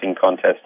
contest